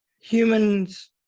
humans